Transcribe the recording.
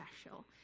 special